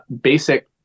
basic